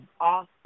Awesome